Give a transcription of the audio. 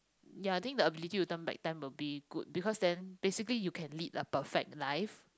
ya I think the ability to turn back time will be good because then basically you can lead a perfect life